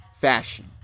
fashion